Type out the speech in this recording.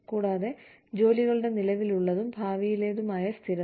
കൂടാതെ ജോലികളുടെ നിലവിലുള്ളതും ഭാവിയിലെതുമായ സ്ഥിരത